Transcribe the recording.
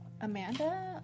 Amanda